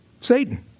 Satan